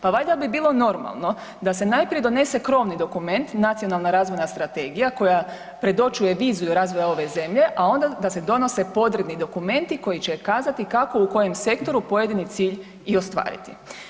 Pa valjda bi bilo normalno da se najprije donese krovni dokument Nacionalna razvojna strategija koja predočuje viziju razvoja ove zemlje, a onda da se donose podredni dokumenti koji će kazati kako u kojem sektoru pojedini cilj i ostvariti.